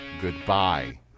Goodbye